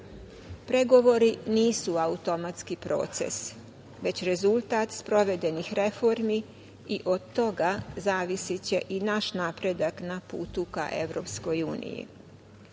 regiona. Pregovori nisu automatski proces, već rezultat sprovedenih reformi i od toga zavisiće i naš napredak na putu ka EU.Ključne